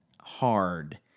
hard